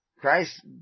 Christ